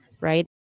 right